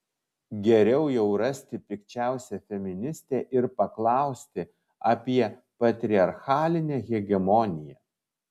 geriau jau rasti pikčiausią feministę ir paklausti apie patriarchalinę hegemoniją